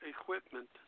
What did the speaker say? equipment